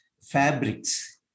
fabrics